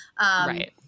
Right